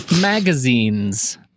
magazines